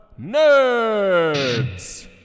nerds